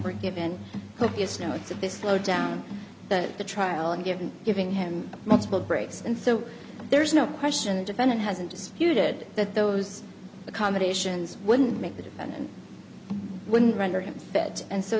were given copious notes of this slowdown but the trial and given giving him multiple breaks and so there's no question the defendant hasn't disputed that those accommodations wouldn't make the defendant wouldn't